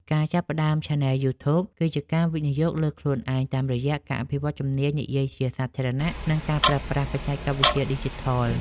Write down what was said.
ការចាប់ផ្តើមឆានែលយូធូប គឺជាការវិនិយោគលើខ្លួនឯងតាមរយៈការអភិវឌ្ឍជំនាញនិយាយជាសាធារណៈ និងការប្រើប្រាស់បច្ចេកវិទ្យាឌីជីថល។